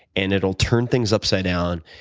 and it will turn things upside down,